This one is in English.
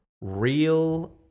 Real